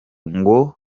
ngo